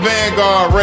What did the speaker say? Vanguard